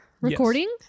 recording